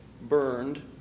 burned